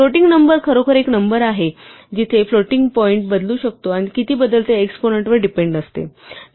floating point number खरोखर एक number आहे जिथे फ्लोटिंग पॉईंट बदलू शकतो आणि किती बदलते हे एक्स्पोनेन्ट वर डिपेंडेंट असते